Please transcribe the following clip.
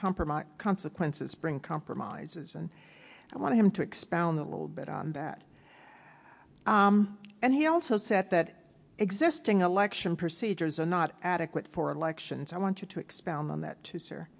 compromise consequences bring compromises and i want him to expound a little bit on that and he also said that existing election procedures are not adequate for elections i want you to expound on that too sir